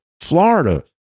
Florida